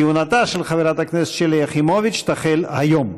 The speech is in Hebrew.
כהונתה של חברת הכנסת שלי יחימוביץ תחל היום.